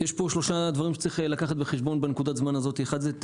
יש שלושה דברים שצריך לקחת בחשבון בנקודת הזמן הזו: אחד הוא את